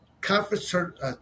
conference